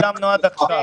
מה שילמנו עד עכשיו?